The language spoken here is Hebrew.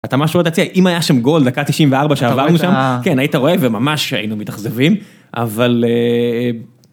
אתה משהו לציין אם היה שם גול דקה 94 שעברנו שם כן היית רואה וממש היינו מתאכזבים אבל